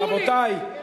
רבותי.